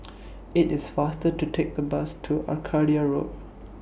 IT IS faster to Take The Bus to Arcadia Road